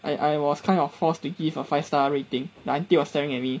I I was kind of forced to give a five star rating the auntie was staring at me